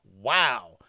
Wow